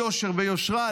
ליושר ויושרה,